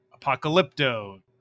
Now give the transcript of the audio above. Apocalypto